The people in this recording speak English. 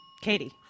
Katie